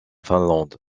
finlande